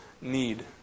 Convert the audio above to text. need